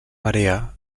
marea